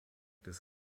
des